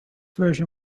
version